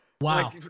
wow